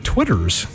Twitters